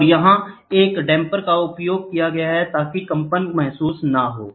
और यहाँ हम डैमपर का उपयोग करते हैं ताकि कोई कंपन महसूस न हो